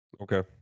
Okay